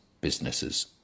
businesses